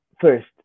first